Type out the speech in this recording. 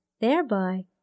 thereby